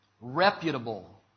reputable